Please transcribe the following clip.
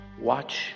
watch